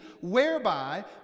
whereby